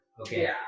Okay